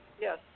Yes